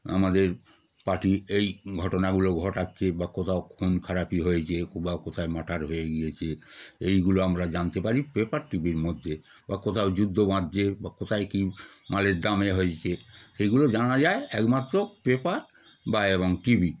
আমাদের পার্টি এই ঘটনাগুলো ঘটাচ্ছে বা কোথাও খুন খারাপি হয়েছে বা কোথায় মার্ডার হয়ে গিয়েছে এইগুলো আমরা জানতে পারি পেপার টি ভির মধ্যে বা কোথাও যুদ্ধ বাঁধছে বা কোথায় কী মালের দাম এ হয়েছে এইগুলো জানা যায় একমাত্র পেপার বা এবং টি ভি